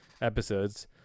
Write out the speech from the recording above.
episodes